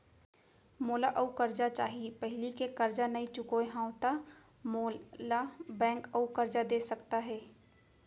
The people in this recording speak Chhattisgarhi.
मोला अऊ करजा चाही पहिली के करजा नई चुकोय हव त मोल ला बैंक अऊ करजा दे सकता हे?